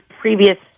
previous